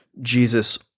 Jesus